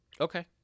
Okay